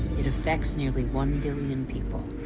it affects nearly one billion people.